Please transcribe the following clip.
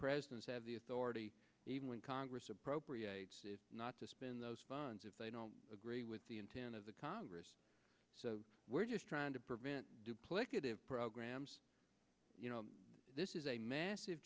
presidents have the authority even when congress appropriates not to spend those funds if they don't agree with the intent of the congress we're just trying to prevent duplicative programs you know this is a